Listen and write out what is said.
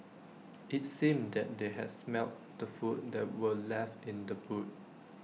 IT seemed that they had smelt the food that were left in the boot